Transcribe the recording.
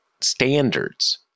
standards